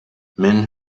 men